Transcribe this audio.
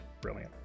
brilliant